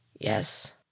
Yes